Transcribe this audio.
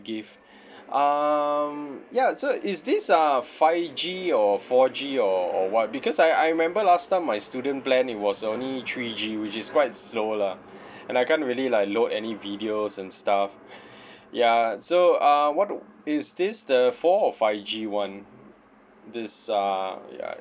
gift um ya so is this uh five G or four G or or what because I I remember last time my student plan it was only three G which is quite slow lah and I can't really like load any videos and stuff ya so uh what is this the four or five G one this uh ya